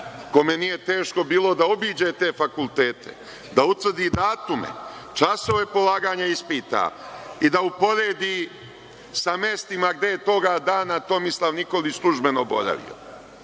kome nije bilo teško da obiđe te fakultete, da utvrdi datume, časove polaganja ispita i da uporedi sa mestima gde je tog dana Tomislav Nikolić službeno boravio.